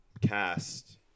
cast